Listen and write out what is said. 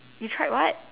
you tried what